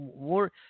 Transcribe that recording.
more